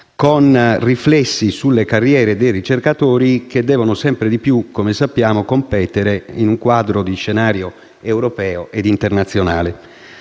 con riflessi sulle carriere dei ricercatori, che devono sempre di più competere, come sappiamo, in un quadro di scenario europeo e internazionale.